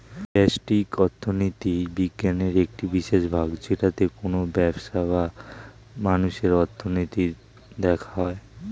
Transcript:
ব্যষ্টিক অর্থনীতি বিজ্ঞানের একটি বিশেষ ভাগ যেটাতে কোনো ব্যবসার বা মানুষের অর্থনীতি দেখা হয়